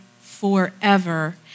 forever